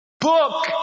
book